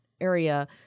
area